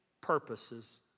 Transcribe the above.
purposes